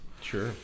Sure